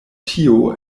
tio